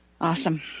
Awesome